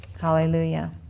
Hallelujah